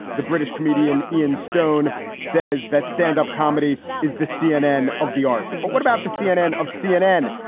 the british comedian ian stone says that stand-up comedy is the cnn of the arts. but what about the cnn of cnn?